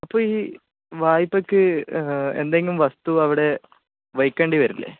അപ്പോൾ ഈ വായ്പയ്ക്ക് എന്തെങ്കിലും വസ്തു അവിടെ വയ്ക്കേണ്ടി വരില്ലെ